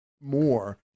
more